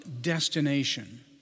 destination